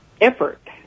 effort